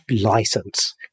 license